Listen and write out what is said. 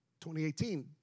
2018